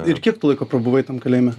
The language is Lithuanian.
ir kiek tu laiko prabuvai tam kalėjime